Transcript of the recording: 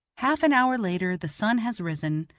half an hour later the sun has risen,